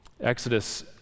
Exodus